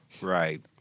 Right